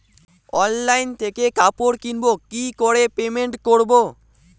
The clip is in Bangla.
অনলাইন থেকে কাপড় কিনবো কি করে পেমেন্ট করবো?